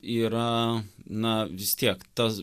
yra na vis tiek tas